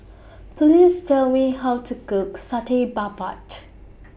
Please Tell Me How to Cook Satay Babat